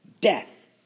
death